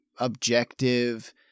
Objective